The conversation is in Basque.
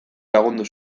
lagundu